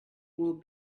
will